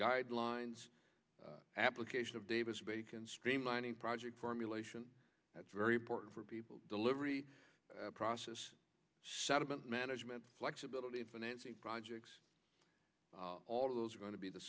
guidelines application of davis bacon streamlining project formulation that's very important for people delivery process settlement management flexibility in financing projects all of those are going to be the